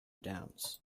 downs